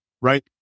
right